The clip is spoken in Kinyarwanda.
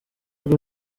bwo